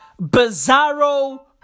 bizarro